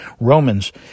Romans